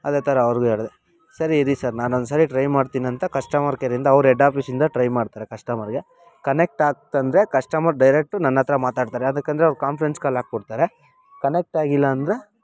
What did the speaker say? ಅದೇ ಥರ ಅವ್ರಿಗೂ ಹೇಳ್ದೆ ಸರಿ ಇರಿ ಸರ್ ನಾನೊಂದು ಸರಿ ಟ್ರೈ ಮಾಡ್ತೀನಂತ ಕಶ್ಟಮರ್ ಕೇರಿಂದ ಅವ್ರು ಎಡ್ಡ್ ಆಫೀಸಿಂದ ಟ್ರೈ ಮಾಡ್ತಾರೆ ಕಶ್ಟಮರ್ಗೆ ಕನೆಕ್ಟ್ ಆಯ್ತಂದ್ರೆ ಕಶ್ಟಮರ್ ಡೈರೆಕ್ಟು ನನ್ನ ಹತ್ರ ಮಾತಾಡ್ತಾರೆ ಯಾತಕ್ಕಂದ್ರೆ ಅವ್ರು ಕಾನ್ಫರೆನ್ಸ್ ಕಾಲ್ ಹಾಕ್ಬುಡ್ತಾರೆ ಕನೆಕ್ಟ್ ಆಗಿಲ್ಲ ಅಂದರೆ